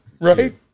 right